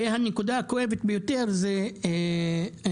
והנקודה הכואבת ביותר היא הנגב,